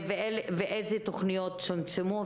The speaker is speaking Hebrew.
ואיזה תוכניות צומצמו,